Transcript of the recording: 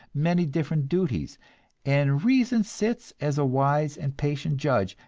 many different duties and reason sits as a wise and patient judge,